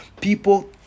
people